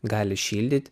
gali šildyt